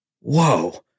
whoa